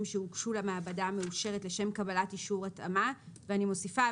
שהוגשו למעבדה המאושרת לשם קבלת אישור התאמה" ואני מוסיפה,